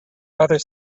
other